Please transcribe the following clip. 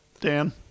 Dan